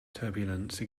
turbulence